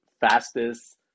fastest